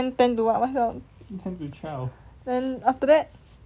ten to what what's your then after that